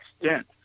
extent